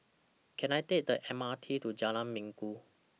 Can I Take The M R T to Jalan Minggu